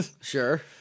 Sure